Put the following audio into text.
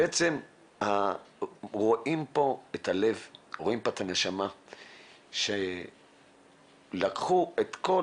בעצם רואים פה את הלב ואת הנשמה שלקחו את כל